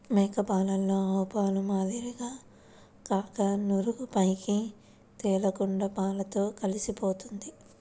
మేక పాలలో ఆవుపాల మాదిరిగా కాక నురుగు పైకి తేలకుండా పాలతో కలిసిపోతుంది